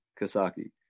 Kasaki